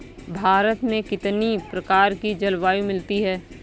भारत में कितनी प्रकार की जलवायु मिलती है?